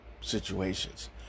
situations